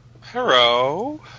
Hello